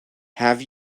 have